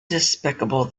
despicable